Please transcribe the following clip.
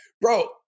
Bro